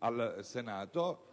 al Senato